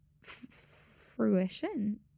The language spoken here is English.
fruition